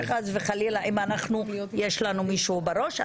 שחס וחלילה אם יש לנו מישהו בראש,